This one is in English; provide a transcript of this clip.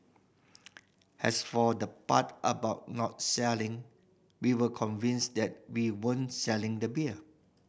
as for the part about not selling we were convinced that we weren't selling the beer